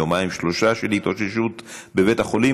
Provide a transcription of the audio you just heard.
יומיים-שלושה של התאוששות בבית החולים,